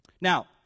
Now